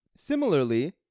Similarly